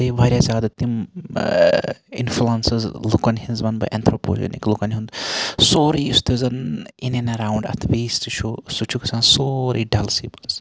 بیٚیہِ واریاہ زیادٕ تِم اِنفلَنسِز لُکَن ہٕنٛز وَنہٕ بہٕ ایٚنتھروپوجنک لُکن ہُنٛد سورُے یُس تہِ زَن اِن ایٚنڈ ایٚراوُنٛڈ اتھ وٮ۪سٹ چھُ سُہ چھُ گَژھان سورُے ڈَلسٕے مَنٛز